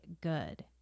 good